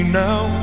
now